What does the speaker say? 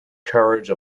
courage